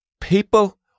people